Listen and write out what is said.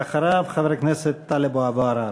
ואחריו, חבר הכנסת טלב אבו עראר.